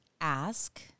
ask